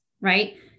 right